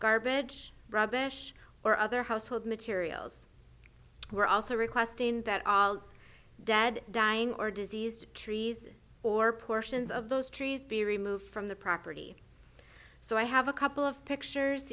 garbage rubbish or other household materials we're also requesting that all dead dying or diseased trees or portions of those trees be removed from the property so i have a couple of pictures